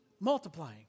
multiplying